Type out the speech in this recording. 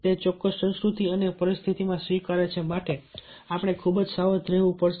તે ચોક્કસ સંસ્કૃતિ અને પરિસ્થિતિમાં સ્વીકાર્ય છે માટે આપણે ખૂબ જ સાવધ રહેવું પડશે